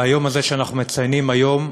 וביום הזה שאנחנו מציינים היום,